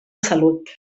salut